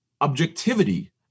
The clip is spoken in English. objectivity